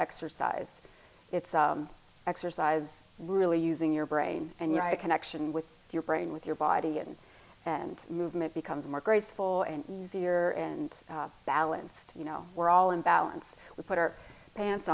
exercise it's exercise really using your brain and your connection with your brain with your body and and movement becomes more graceful and easier and balanced you know we're all in balance with put our pants